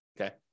okay